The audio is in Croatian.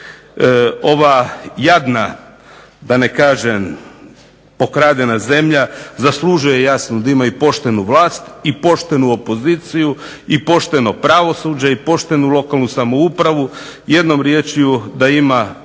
Ova jadna, da ne kažem pokradena zemlja, zaslužuje jasno da ima i poštenu vlast i poštenu opoziciju i pošteno pravosuđe i poštenu lokalnu samoupravu. Jednom riječju da ima